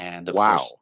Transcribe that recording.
Wow